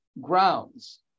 grounds